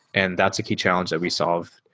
and that's a key challenge that we solve.